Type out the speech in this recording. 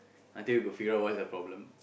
until we could figure out what's the problem